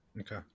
Okay